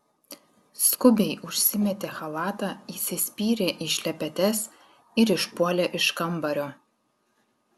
skubiai užsimetė chalatą įsispyrė į šlepetes ir išpuolė iš kambario